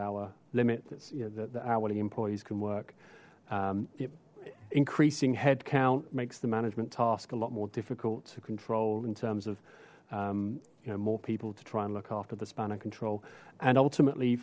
hourly employees can work the increasing headcount makes the management tasks a lot more difficult to control in terms of you know more people to try and look after the span of control and ultimately